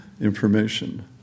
information